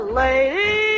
lady